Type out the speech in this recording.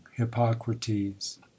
hippocrates